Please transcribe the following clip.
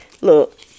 Look